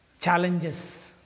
challenges